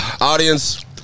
audience